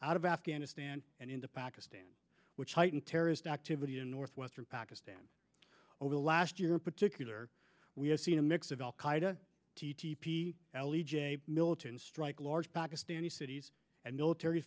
out of afghanistan and into pakistan which heightened terrorist activity in northwestern pakistan over the last year in particular we have seen a mix of al qaeda t t p l e j militants strike large pakistan cities and military